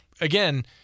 again